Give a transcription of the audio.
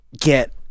get